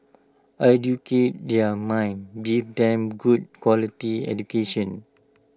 educate their mind give them good quality education